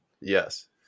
Yes